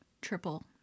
triple